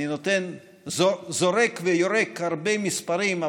אני זורק ויורק הרבה מספרים,